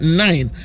nine